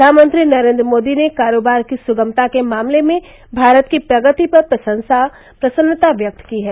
प्रधानमंत्री नरेन्द्र मोदी ने कारोबार की सुगमता के मामले में भारत की प्रगति पर प्रसन्नता व्यक्त की है